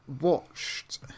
watched